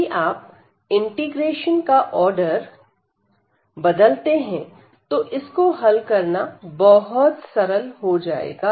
यदि आप इंटीग्रेशन का आर्डर बदलते हैं तो इसको हल करना बहुत सरल हो जाएगा